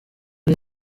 ari